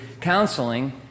counseling